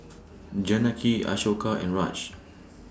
Janaki Ashoka and Raj